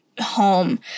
home